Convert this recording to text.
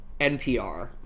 NPR